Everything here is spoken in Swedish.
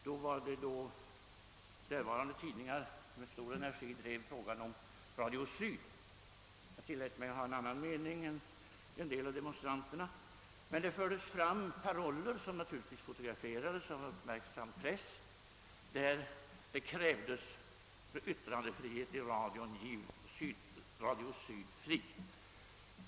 Det var då några därvarande tidningar med stor energi drev frågan om Radio Syd. Jag tillät mig ha en annan mening än en del av demonstranterna, men det fördes fram paroller, som naturligtvis fotograferades av uppmärksam press, där det krävdes: Yttrandefrihet i radion — giv Radio Syd fri!